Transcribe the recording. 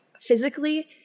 physically